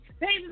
baby